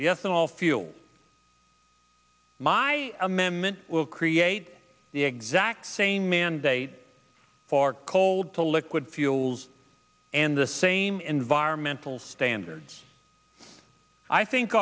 ethanol fuel my amendment will create the exact same mandate for cold to liquid fuels and the same environmental standards i think